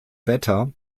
wetter